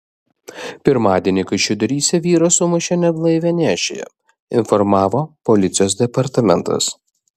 pirmadienį kaišiadoryse vyras sumušė neblaivią nėščiąją informavo policijos departamentas